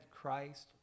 Christ